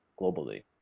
globally